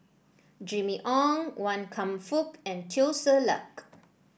Jimmy Ong Wan Kam Fook and Teo Ser Luck